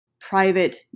private